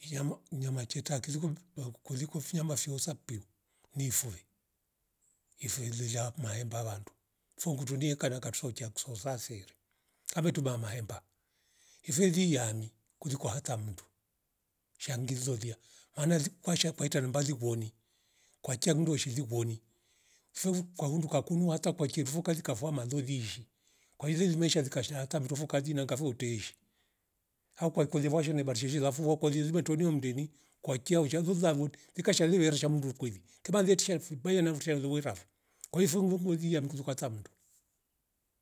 Viyamo unyama cheta kilulu doku kulikwe fyama fiyosapio ni fuwe ifwelela mahemba wandu fungutunide kada katrocha kusoza sere kavetuba mahemba ifeli yami kulikwa hata mndu shangi zolia maana li kwacha ukaita li vimbarili vwoni kwa kia mndu sheli woni furu kwa hunduka kunuwata kwakirievo kari kavua malulishi kwaishile limeshia zikatata hata fuuvuru kaji nangavu teishi au kwakule ne barshehe lafu wakoli lilizibotoni omndeni kwa kia ushalula mun likashalile arasham ndu kweli kibaliatisha fub navo tchia luwekavo kaifungu vuolia nguru katamndu